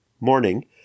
morning